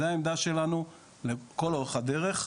זו העמדה שלנו לכל אורך הדרך.